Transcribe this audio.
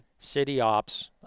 CityOps